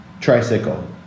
Tricycle